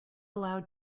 allowed